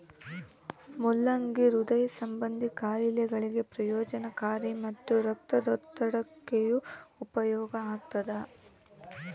ಮುಲ್ಲಂಗಿ ಹೃದಯ ಸಂಭಂದಿ ಖಾಯಿಲೆಗಳಿಗೆ ಪ್ರಯೋಜನಕಾರಿ ಮತ್ತು ರಕ್ತದೊತ್ತಡಕ್ಕೆಯೂ ಉಪಯೋಗ ಆಗ್ತಾದ